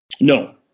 No